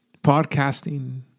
podcasting